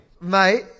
Mate